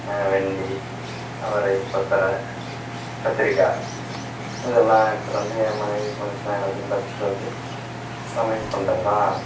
வெண்டி அவரை கொத்தரை கத்தரிக்கா இதெல்லாம் எடுத்துட்டு வந்து என் மனைவி போணுச்சின்னா எல்லாத்தையும் பறிச்சிவிட்டு வந்து சமையல் பண்றதுலாம்